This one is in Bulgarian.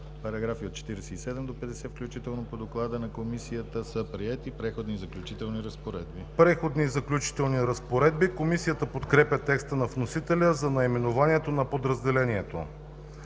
Параграфи от 47 до 50 включително по доклада на Комисията са приети. ДОКЛАДЧИК ДОБРОМИР ПРОДАНОВ: „Преходни и заключителни разпоредби“. Комисията подкрепя текста на вносителя за наименованието на подразделението.